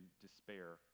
despair